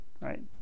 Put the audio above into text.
Right